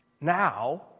now